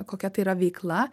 kokia tai yra veikla